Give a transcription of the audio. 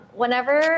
whenever